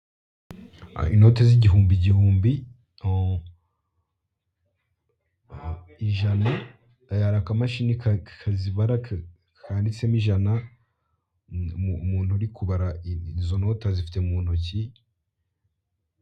Inoti z'igihumbi igihumbi, hari akamashini kazibara kanditsemo ijana umuntu uri kubara izo noti azifite muntoki.